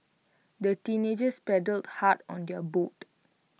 the teenagers paddled hard on their boat